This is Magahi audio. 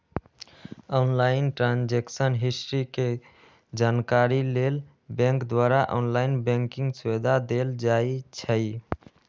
ऑनलाइन ट्रांजैक्शन हिस्ट्री के जानकारी लेल बैंक द्वारा ऑनलाइन बैंकिंग सुविधा देल जाइ छइ